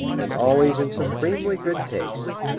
and always in supremely good taste.